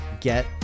get